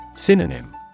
Synonym